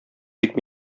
тик